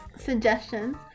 suggestions